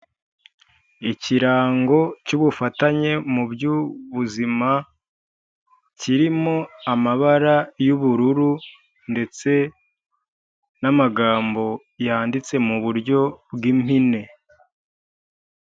Ikirango cy'ubufatanye mu by'ubuzima, kirimo amabara y'ubururu ndetse n'amagambo yanditse mu buryo bw'impine.